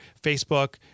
Facebook